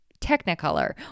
technicolor